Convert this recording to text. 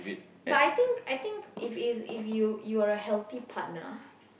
but I think I think if it if you you are a healthy partner